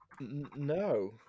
no